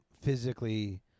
physically